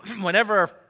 whenever